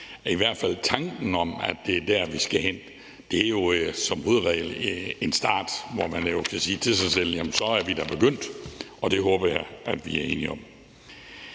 I hvert fald er tanken om, at det er der, vi skal hen, jo som hovedregel en start, hvor man kan sige til sig selv: Jamen så er vi da begyndt. Det håber jeg at vi er enige om.